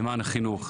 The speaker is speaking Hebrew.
למען החינוך.